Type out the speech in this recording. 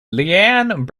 liane